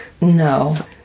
No